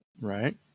Right